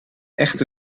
echte